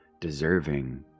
deserving